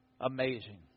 amazing